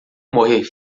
morrer